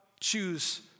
choose